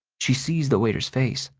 she sees the waiter's face.